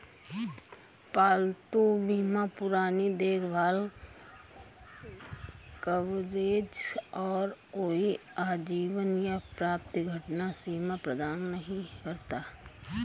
पालतू बीमा पुरानी देखभाल कवरेज और कोई आजीवन या प्रति घटना सीमा प्रदान नहीं करता